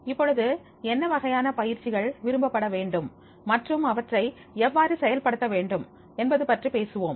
இப்பொழுது என்ன வகையான பயிற்சிகள் விரும்பப்பட வேண்டும் மற்றும் அவற்றை எவ்வாறு செயல்படுத்த வேண்டும் என்பது பற்றி பேசுவோம்